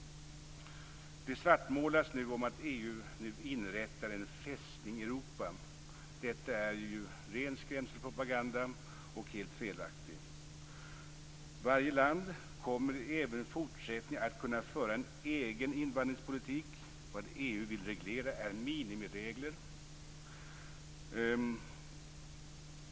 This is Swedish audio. Det svartmålas nu om att EU inrättar en fästning Europa. Detta är ren skrämselpropaganda och helt felaktigt. Varje land kommer även i fortsättningen att kunna föra en egen invandringspolitik. Det EU vill införa är minimiregler.